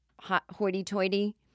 hoity-toity